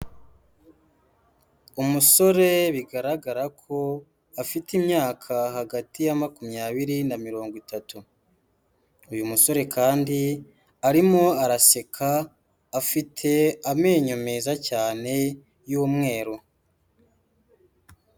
Umusore bigaragara ko afite imyaka hagati ya makumyabiri na mirongo itatu, uyu musore kandi arimo araseka afite amenyo meza cyane y'umweru.